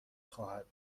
خواهد